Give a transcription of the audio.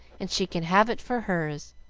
and she can have it for hers.